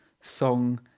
song